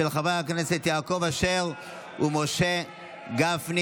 של חברי הכנסת יעקב אשר ומשה גפני.